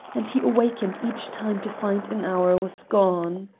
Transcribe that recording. and he awakened each time to find an hour was gone.